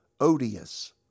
odious